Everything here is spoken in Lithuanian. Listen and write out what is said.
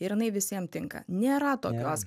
ir jinai visiem tinka nėra tokios